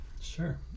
sure